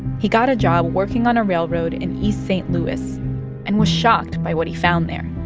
he got a job working on a railroad in east st. louis and was shocked by what he found there